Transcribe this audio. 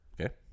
Okay